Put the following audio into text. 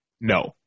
No